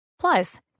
Plus